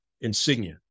insignia